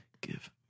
Give